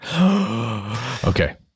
Okay